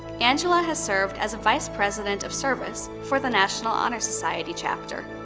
angela has served as a vice president of service for the national honor society chapter.